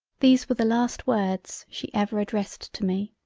these were the last words she ever addressed to me.